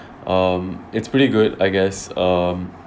um it's pretty good I guess um